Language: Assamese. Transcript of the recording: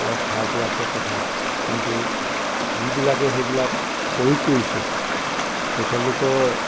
অলপ সাৰটো আছে পথাৰত কিন্তু যিবিলাকে সেইবিলাক প্ৰয়োগ কৰিছে তেখেতলোকৰ